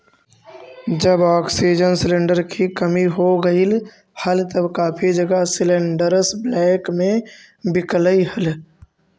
जब oxygen cylinder की कमी हो गईल हल तब काफी जगह सिलेंडरस ब्लैक में बिकलई हल